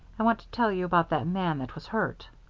i want to tell you about that man that was hurt.